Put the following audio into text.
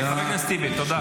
חבר הכנסת טיבי, תודה.